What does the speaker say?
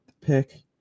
pick